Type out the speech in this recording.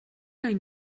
hain